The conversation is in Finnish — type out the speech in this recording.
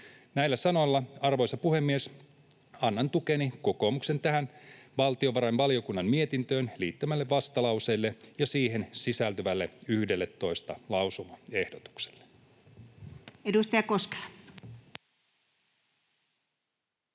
Näillä sanoilla, arvoisa puhemies, annan tukeni kokoomuksen tähän valtiovarainvaliokunnan mietintöön liittämälle vastalauseelle ja siihen sisältyville 11 lausumaehdotukselle.